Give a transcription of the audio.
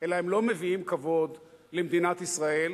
אלא הם לא מביאים כבוד למדינת ישראל,